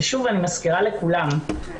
אני מזכירה לכולם,